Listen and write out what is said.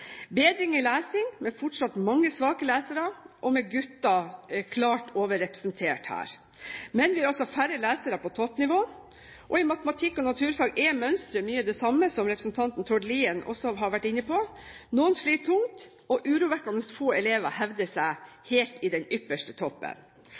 bedring i lesing, men fortsatt mange svake lesere, og guttene er klart overrepresentert her. Vi har også færre lesere på toppnivå. I matematikk og naturfag er mønsteret mye det samme, som representanten Tord Lien også har vært inne på. Noen sliter tungt, og urovekkende få elever hevder seg